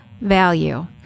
value